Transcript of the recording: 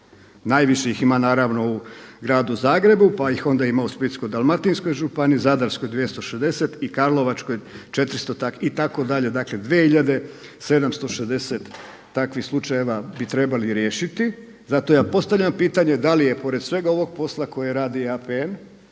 Najviše ih ima naravno u gradu Zagrebu pa ih onda ima u Splitsko-dalmatinskoj županiji, Zadarskoj 260 i Karlovačkoj 400 itd. dakle 2.760 takvih slučajeva bi trebali riješiti. Zato ja postavljam pitanje da li je pored svega posla koje radi APN